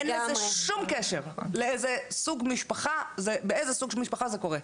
אין לזה שום קשר לאיזה סוג משפחה ובאיזה סוג משפחה זה קורה.